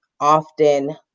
often